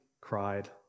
cried